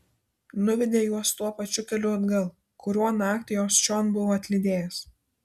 nuvedė juos tuo pačiu keliu atgal kuriuo naktį juos čion buvo atlydėjęs